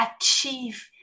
achieve